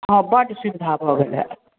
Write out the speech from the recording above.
आब बड्ड सुविधा भऽ गेलए